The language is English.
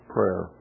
Prayer